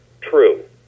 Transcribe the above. true